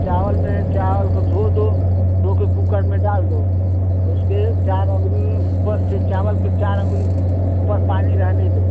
चावल में चावल को धो दो धोके कूकर में डाल दो और उसके चार उंगली ऊपर से चावल के चार उंगली ऊपर पानी रहने दो